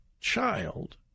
child